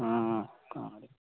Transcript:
ହଁ ହଁ କ'ଣ ଗୋଟେ